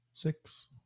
six